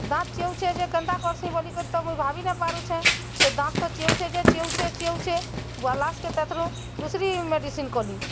ଦାନ୍ତ ଚିଅଁଉଛେ ଯେ କେନ୍ତା କର୍ସିଁ ବୋଲିକରି ତ ମୁଇଁ ଭାବି ନାଇଁ ପାରୁଛେ ସେ ଦାନ୍ତ ତ ଚିଅଁଉଛେ ଯେ ଚିଅଁଉଛେ ଚିଅଁଉଛେ ତେଥରୁଁ ଦୁସରି ମେଡ଼ିସିନ୍ କଁଲି